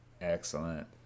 Excellent